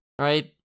Right